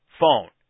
phone